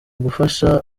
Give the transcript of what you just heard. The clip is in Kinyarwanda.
gufasha